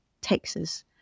Texas